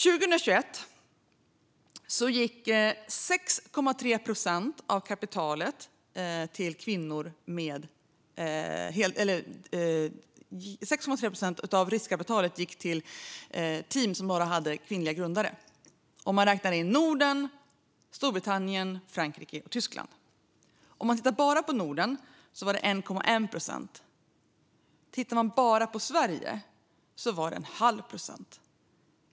År 2021 gick 6,3 procent av riskkapitalet till team med bara kvinnliga grundare - om man räknar in Norden, Storbritannien, Frankrike och Tyskland. Om man tittar bara på Norden var det 1,1 procent. Om man tittar bara på Sverige var det en halv procent.